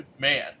man